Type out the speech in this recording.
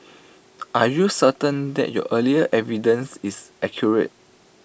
are you certain that your earlier evidence is accurate